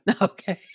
Okay